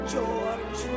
George